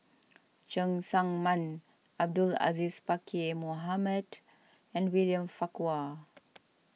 Cheng Tsang Man Abdul Aziz Pakkeer Mohamed and William Farquhar